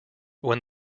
when